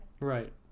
Right